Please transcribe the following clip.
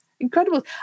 incredible